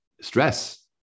stress